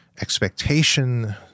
expectation